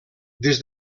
des